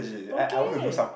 okay